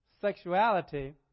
sexuality